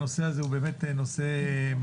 ולכן הנושא הזה הוא באמת נושא מאוד